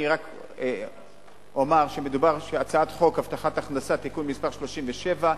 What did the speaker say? אני רק אומר שהצעת חוק הבטחת הכנסה (תיקון מס' 37)